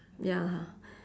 ya